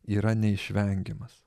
yra neišvengiamas